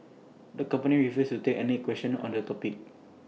the company refused to take any questions on the topic